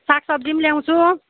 सागसब्जी पनि ल्याउँछु